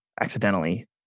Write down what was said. accidentally